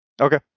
Okay